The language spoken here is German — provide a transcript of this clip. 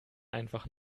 einfach